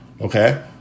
Okay